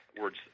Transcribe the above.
words